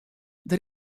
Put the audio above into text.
der